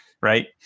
Right